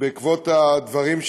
בעקבות הדברים,